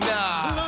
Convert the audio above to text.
Nah